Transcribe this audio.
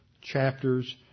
chapters